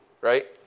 right